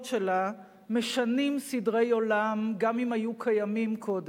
שלה משנים סדרי עולם גם אם היו קיימים קודם,